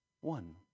one